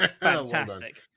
fantastic